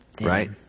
Right